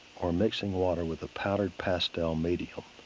or mixing water with the powdered pastel medium.